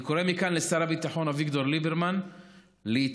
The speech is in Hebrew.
אני קורא מכאן לשר הביטחון אביגדור ליברמן להתערב,